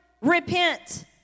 Repent